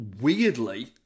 weirdly